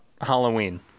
halloween